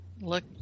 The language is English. look